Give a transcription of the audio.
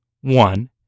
One